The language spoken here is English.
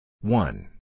One